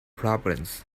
problems